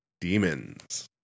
demons